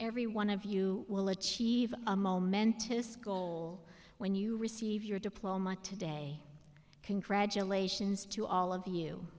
every one of you will achieve a momentous goal when you receive your diploma today congratulations to all